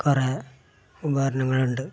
കുറേ ഉപകരണങ്ങളുണ്ട്